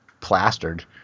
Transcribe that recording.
plastered